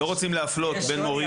לא רוצים להפלות בין מורים.